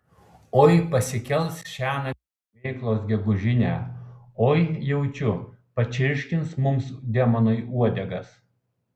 oi pasikels šiąnakt šmėklos gegužinę oi jaučiu pačirškins mums demonai uodegas